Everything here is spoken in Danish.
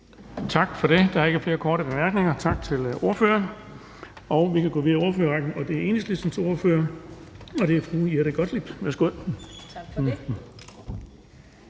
Tak for det. Der er ikke flere korte bemærkninger. Tak til ordføreren. Vi kan gå videre i ordførerrækken, og det er Enhedslistens ordfører, fru Jette Gottlieb. Værsgo. Kl.